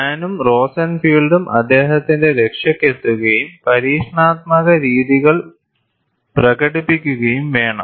ഹാനും റോസെൻഫീൽഡും അദ്ദേഹത്തിന്റെ രക്ഷയ്ക്കെത്തുകയും പരീക്ഷണാത്മക രീതികൾ പ്രകടിപ്പിക്കുകയും വേണം